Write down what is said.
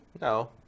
No